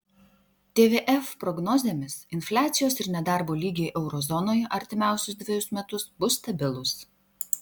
tvf prognozėmis infliacijos ir nedarbo lygiai euro zonoje artimiausius dvejus metus bus stabilūs